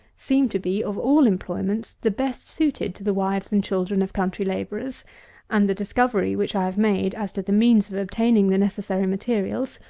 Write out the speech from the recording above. seem to be, of all employments, the best suited to the wives and children of country labourers and the discovery which i have made, as to the means of obtaining the necessary materials,